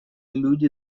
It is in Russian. люди